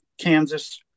Kansas